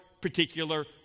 particular